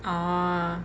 orh